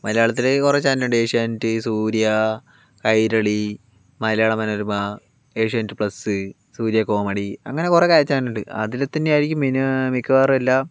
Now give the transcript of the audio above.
മലയാളത്തില് കുറേ ചാനലുണ്ട് ഏഷ്യാനെറ്റ് സൂര്യ കൈരളി മലയാള മനോരമ ഏഷ്യാനെറ്റ് പ്ലസ് സൂര്യ കോമഡി അങ്ങനെ കുറേ ചാനൽ ഉണ്ട് അതിൽ തന്നെ ആയിരിക്കും മിക്കവാറും എല്ലാ